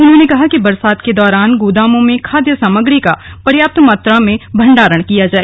उन्होंने कहा कि बरसात के दौरान गोदामों में खाद्यान सामग्री का पर्याप्त मात्रा में भण्डारण किया जाए